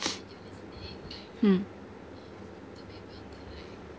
mm